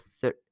third